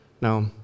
now